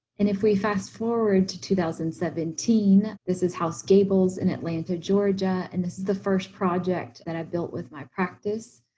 and if we fast forward to two thousand and seventeen, this is house gables in atlanta, georgia, and this is the first project that i built with my practice.